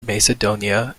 macedonia